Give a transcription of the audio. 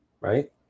right